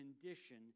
condition